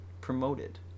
promoted